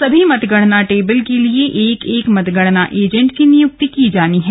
सभी मतगणना टेबल के लिए एक एक मतगणना एजेंट की नियुक्ति की जानी है